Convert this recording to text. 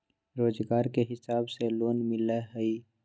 रोजगार के हिसाब से लोन मिलहई?